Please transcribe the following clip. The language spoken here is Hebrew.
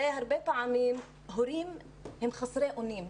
הרבה פעמים הורים הם חסרי אונים,